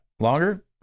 Longer